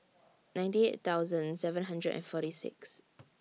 ninety eight thousand seven hundred and forty six